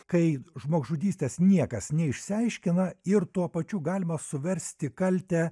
kai žmogžudystės niekas neišsiaiškina ir tuo pačiu galima suversti kaltę